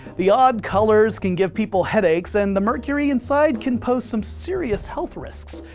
the odd colors can give people headaches, and the mercury inside can pose some serious health risks.